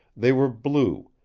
they were blue,